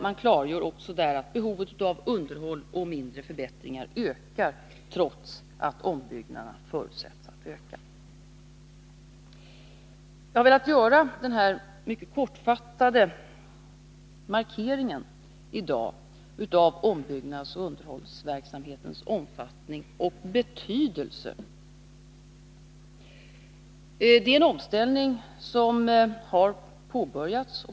Man klargör där också att behovet av underhåll och mindre förbättringar växer, trots att ombyggnaderna förutsätts öka. Jag har velat göra denna mycket kortfattade markering i dag av ombyggnadsoch underhållsverksamhetens omfattning och betydelse. Det är en omställning som har påbörjats.